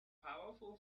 powerful